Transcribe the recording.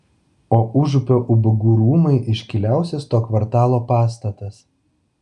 o užupio ubagų rūmai iškiliausias to kvartalo pastatas